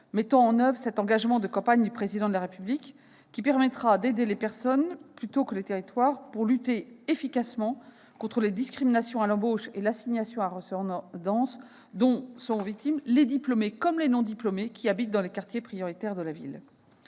mettant en oeuvre cet engagement de campagne du Président de la République, qui permettra d'aider les personnes plutôt que les territoires, pour lutter efficacement contre les discriminations à l'embauche et l'assignation à résidence, dont sont victimes les diplômés comme les non-diplômés habitant dans les quartiers prioritaires de la